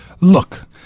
Look